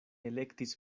elektis